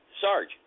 Sarge